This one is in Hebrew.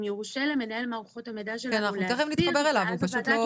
אם יורשה למנהל מערכות המידע שלנו להסביר את זה.